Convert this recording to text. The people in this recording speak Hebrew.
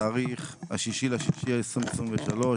ה-6 ביוני 2023,